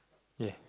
ya